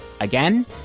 Again